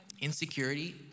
insecurity